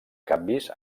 canvis